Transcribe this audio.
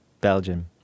Belgium